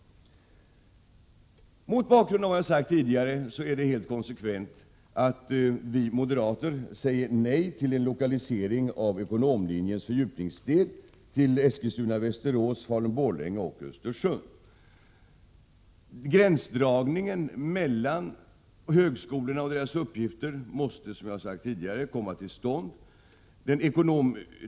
Mot bakgrund av vad jag har sagt tidigare är det helt konsekvent att vi moderater säger nej till en lokalisering av ekonomlinjens fördjupningsdel till Eskilstuna-Västerås, Falun-Borlänge och Östersund. En gränsdragning mellan högskolorna och deras uppgifter måste komma till stånd.